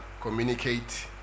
communicate